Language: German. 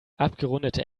abgerundete